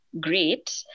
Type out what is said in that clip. great